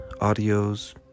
audios